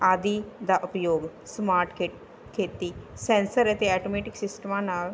ਆਦਿ ਦਾ ਉਪਯੋਗ ਸਮਾਰਟ ਕਿੱਟ ਖੇਤੀ ਸੈਂਸਰ ਅਤੇ ਆਟੋਮੈਟਿਕ ਸਿਸਟਮਾਂ ਨਾਲ